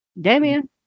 Damien